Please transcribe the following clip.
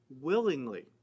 willingly